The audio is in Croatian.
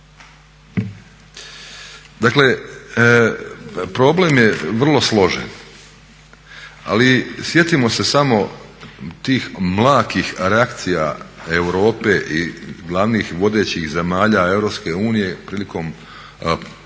Dakle, problem je vrlo složen. Ali sjetimo se samo tih mlakih reakcija Europe i glavnih vodećih zemalja EU prilikom nastanka